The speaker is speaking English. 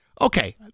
Okay